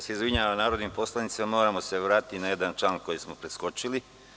Izvinjavam se narodnim poslanicima, ali moramo se vratiti na jedan amandman koji smo preskočili.